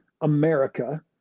America